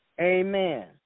Amen